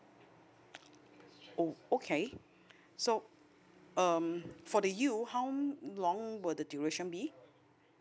oh okay so um for the U how long will the duration be